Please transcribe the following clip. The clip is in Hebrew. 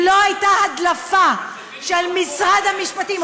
אם לא הייתה הדלפה של משרד המשפטים,